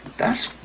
that's.